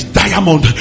diamond